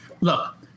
look